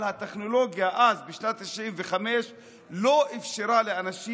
אז הטכנולוגיה בשנת 1995 לא אפשרה לאנשים